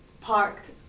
parked